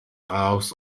house